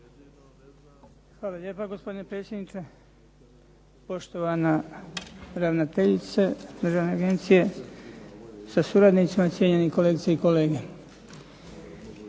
Hvala lijepa gospodine predsjedniče, poštovana ravnateljice državne agencije sa suradnicima, cijenjeni kolegice i kolege.